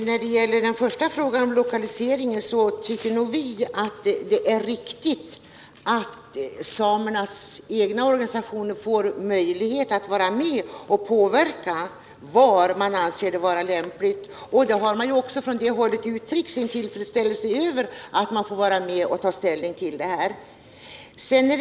Herr talman! När det gäller frågan om lokaliseringen tycker vi nog att det är riktigt att samernas egna organisationer får möjlighet att vara med och påverka beslutet om var en lämplig lokalisering skall ske. Man har också från det hållet uttryckt sin tillfredsställelse över att man får vara med och ta ställning till den frågan.